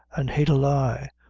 an' hate a lie,